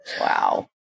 Wow